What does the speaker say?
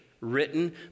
written